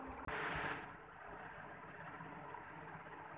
दक्षिण भारत में नारियल, चाय, काफी, फूल आउर मसाला क बागवानी खूब होला